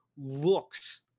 looks